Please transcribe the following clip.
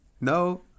No